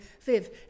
Viv